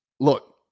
Look